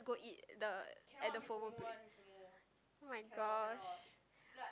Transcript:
go eat the at the FOMO place oh-my-gosh